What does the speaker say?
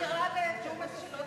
אני מסבירה לג'ומס שלא תפרוש.